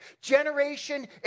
generation